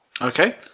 Okay